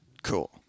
Cool